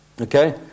okay